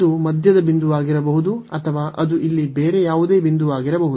ಅದು ಮಧ್ಯದ ಬಿಂದುವಾಗಿರಬಹುದು ಅಥವಾ ಅದು ಇಲ್ಲಿ ಬೇರೆ ಯಾವುದೇ ಬಿಂದುವಾಗಿರಬಹುದು